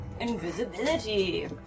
invisibility